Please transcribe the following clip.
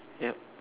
yup